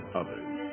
others